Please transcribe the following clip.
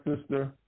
sister